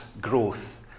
growth